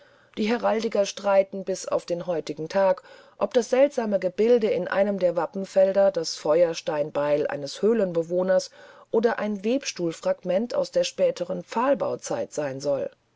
die heraldiker streiten bis auf den heutigen tag ob das seltsame gebild in einem der wappenfelder das feuersteinbeil eines höhlenbewohners oder ein webstuhlfragment aus der späteren pfahlbauzeit sein soll